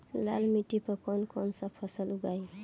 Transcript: लाल मिट्टी पर कौन कौनसा फसल उगाई?